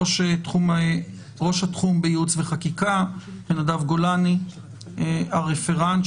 ראש התחום בייעוץ וחקיקה ונדב גולני הרפרנט.